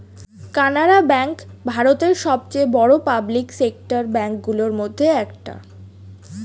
Canara bank ভারতের সবচেয়ে বড় পাবলিক সেক্টর ব্যাঙ্ক গুলোর মধ্যে একটা